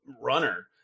runner